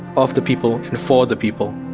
of the people and for the people.